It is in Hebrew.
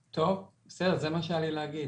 טוב, בסדר, זה מה שהיה לי להגיד.